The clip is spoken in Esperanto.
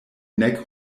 nek